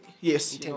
Yes